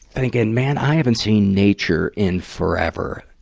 thinking, man, i haven't seen nature in forever.